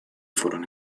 furono